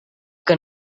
que